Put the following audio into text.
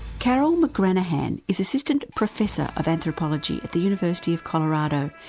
carole mcgranahan is assistant professor of anthropology at the university of colorado,